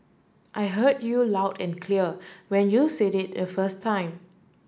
I heard you loud and clear when you said it the first time